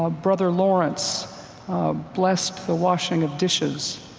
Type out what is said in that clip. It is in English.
ah brother lawrence blessed the washing of dishes.